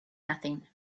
nothing